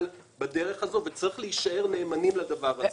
בדרך הזו וצריך להישאר נאמנים לדבר הזה.